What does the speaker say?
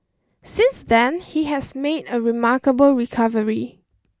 since then he has made a remarkable recovery